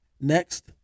Next